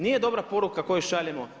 Nije dobra poruka koju šaljemo.